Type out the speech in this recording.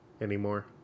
Anymore